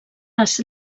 les